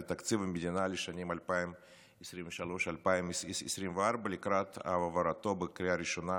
תקציב המדינה לשנים 2023 ו-2024 לקראת העברתו בקריאה ראשונה